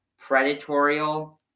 predatorial